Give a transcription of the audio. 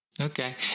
Okay